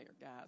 guys